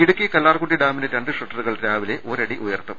ഇടുക്കി കല്ലാർകുട്ടി ഡാമിന്റെ രണ്ട് ഷട്ടറുകൾ രാവിലെ ഒരടി ഉയർത്തും